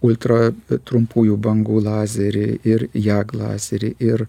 ultra p trumpųjų bangų lazeriai ir jag lazerį ir